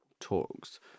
talks